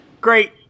Great